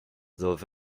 though